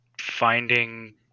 finding